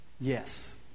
Yes